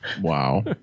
wow